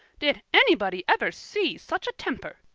did anybody ever see such a temper!